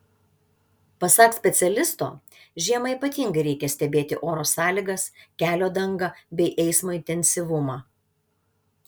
pasak specialisto žiemą ypatingai reikia stebėti oro sąlygas kelio dangą bei eismo intensyvumą